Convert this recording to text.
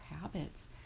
habits